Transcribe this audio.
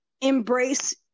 embrace